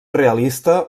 realista